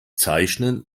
zeichnen